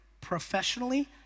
professionally